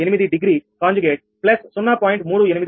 8 degree conjugate plus 0